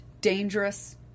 dangerous